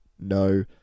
no